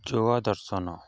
ଚୂଆ ଦର୍ଶନ